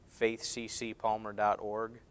faithccpalmer.org